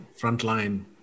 frontline